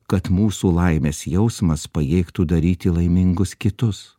kad mūsų laimės jausmas pajėgtų daryti laimingus kitus